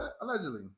Allegedly